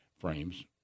frames